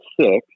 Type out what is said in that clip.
six